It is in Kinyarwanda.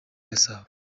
gasabo